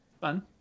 Fun